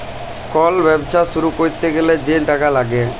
call ব্যবছা শুরু ক্যইরতে গ্যালে যে টাকা ল্যাগে